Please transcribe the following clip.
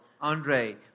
Andre